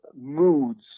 moods